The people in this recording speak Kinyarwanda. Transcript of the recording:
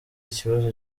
ikibazo